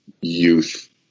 youth